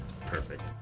Perfect